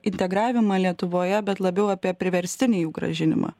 integravimą lietuvoje bet labiau apie priverstinį jų grąžinimą